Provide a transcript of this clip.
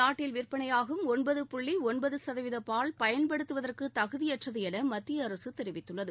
நாட்டில் விற்பனையாகும் ஒன்பது புள்ளி ஒன்பது சதவீத பால் பயன்படுத்துவதற்கு தகுதியற்றது என மத்திய அரசு தெரிவித்துள்ளது